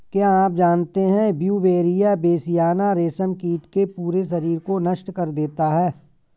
क्या आप जानते है ब्यूवेरिया बेसियाना, रेशम कीट के पूरे शरीर को नष्ट कर देता है